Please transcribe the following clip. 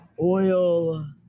Oil